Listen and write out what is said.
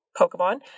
Pokemon